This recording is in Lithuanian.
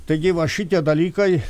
taigi va šitie dalykai